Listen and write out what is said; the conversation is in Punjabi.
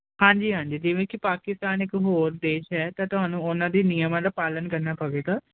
ਹਾਂਜੀ ਹਾਂਜੀ ਜਿਵੇਂ ਕਿ ਪਾਕਿਸਤਾਨ ਇੱਕ ਹੋਰ ਦੇਸ਼ ਹੈ ਤਾਂ ਤੁਹਾਨੂੰ ਉਹਨਾਂ ਦੀ ਨਿਯਮ ਦਾ ਪਾਲਨ ਕਰਨਾ ਪਵੇਗਾ